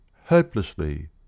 hopelessly